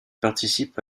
participe